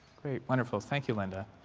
great. wonderful. thank you, linda.